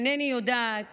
אינני יודעת